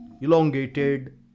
elongated